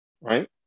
right